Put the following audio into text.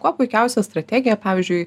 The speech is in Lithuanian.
kuo puikiausia strategija pavyzdžiui